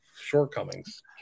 shortcomings